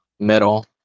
metal